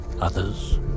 Others